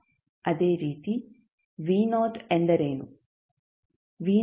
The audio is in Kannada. ಅದೇ ರೀತಿ ಎಂದರೇನು